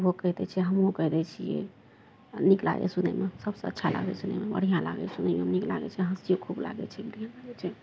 उहो कहि दै छै हमहुँओ कहि दै छियै आओर नीक लागय छै सुनयमे सभसँ अच्छा लागय छै सुनयमे बढ़िआँ लागय छै सुनयमे नीक लागय छै हँसी खूब लागय छै बढ़िआँ लागय छै